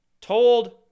told